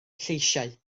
lleisiau